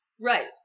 Right